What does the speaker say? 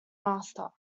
master